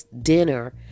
dinner